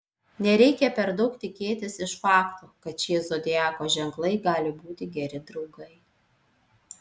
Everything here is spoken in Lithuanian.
nereikia per daug tikėtis iš fakto kad šie zodiako ženklai gali būti geri draugai